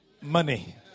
money